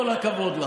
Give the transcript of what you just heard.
כל הכבוד לכם.